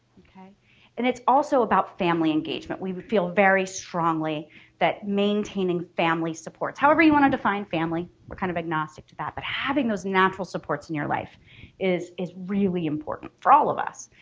and it's also about family engagement. we feel very strongly that maintaining family supports, however you want to define family, we're kind of agnostic to that, but having those natural supports in your life is is really important for all of us,